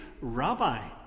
rabbi